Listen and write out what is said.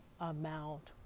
amount